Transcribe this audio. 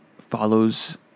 follows